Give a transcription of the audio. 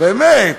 באמת.